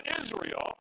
Israel